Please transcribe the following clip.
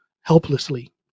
helplessly